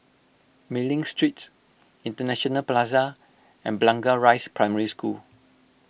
Mei Ling Street International Plaza and Blangah Rise Primary School